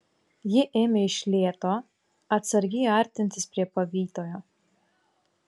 ji ėmė iš lėto atsargiai artintis prie pavytojo